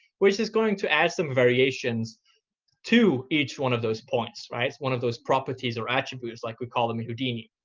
which is going to add some variations to each one of those points. it's one of those properties or attributes like we call them in houdini.